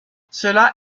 cela